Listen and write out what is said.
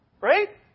Right